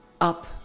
up